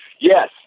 Yes